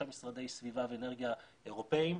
שלושה משרדי סביבה ואנרגיה אירופאיים.